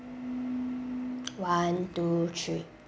one two three